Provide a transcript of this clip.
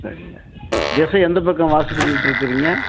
சரிங்க திசை எந்த பக்கம் வாசப்படி விட்டிருக்குறீங்க